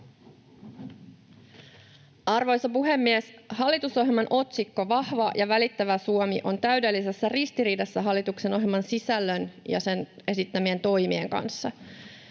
Arvoisa puhemies! Hallitusohjelman otsikko ”Vahva ja välittävä Suomi” on täydellisessä ristiriidassa hallituksen ohjelman sisällön ja sen esittämien toimien kanssa.